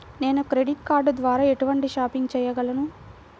నేను credit card ద్వార ఎటువంటి షాపింగ్ చెయ్యగలను?